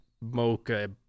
mocha